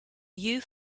you